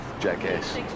jackass